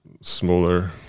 smaller